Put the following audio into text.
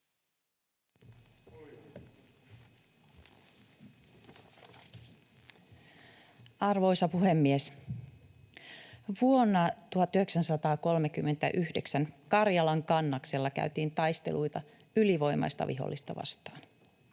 Arvoisa puhemies! Vuonna 1939 Karjalankannaksella käytiin taisteluita ylivoimaista vihollista vastaan.